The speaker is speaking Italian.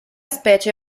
specie